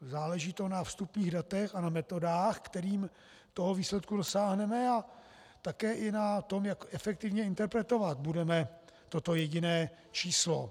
Záleží to na vstupních datech a na metodách, kterými toho výsledku dosáhneme, a také na tom, jak efektivně interpretovat budeme toto jediné číslo.